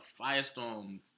firestorm